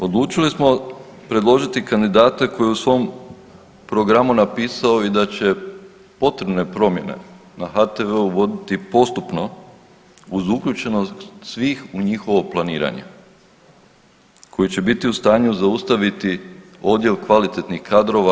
Odlučili smo predložiti kandidata koji je u svom programu napisao i da će potrebne promjene na HTV-u voditi postupno uz uključenost svih u njihovo planiranje koji će biti u stanju zaustaviti odljev kvalitetnih kadrova.